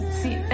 see